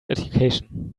education